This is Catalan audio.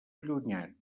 allunyat